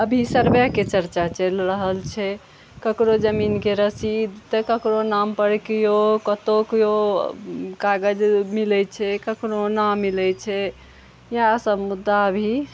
अभी सर्बेके चर्चा चलि रहल छै ककरो जमीनके रसीद तऽ ककरो नाम पर केओ कत्तौ केओ कागज मिलै छै ककरो नहि मिलै छै इएह सब मुद्दा अभी